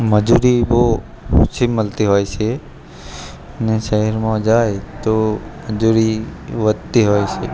મજૂરી બહુ ઓછી મળતી હોય છે ને શહેરમાં જાય તો મજૂરી વધતી હોય છે